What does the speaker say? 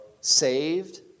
saved